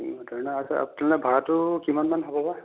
running water ন আচ্ছা তেনেহ'লে ভাড়াটো কিমান মান হ'ব বা